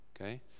okay